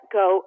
go